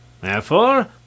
Therefore